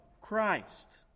Christ